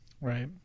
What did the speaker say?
right